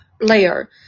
layer